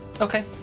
Okay